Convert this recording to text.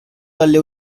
dalle